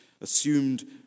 assumed